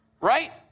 right